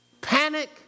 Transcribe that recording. panic